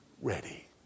ready